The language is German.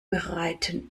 bereiten